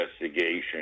investigation